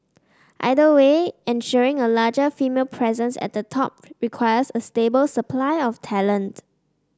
either way ensuring a larger female presence at the top requires a stable supply of talent